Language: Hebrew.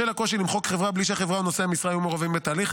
בשל הקושי למחוק חברה בלי שהחברה או נושאי המשרה יהיו מעורבים בתהליך,